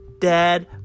dad